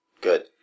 Good